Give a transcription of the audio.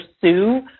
pursue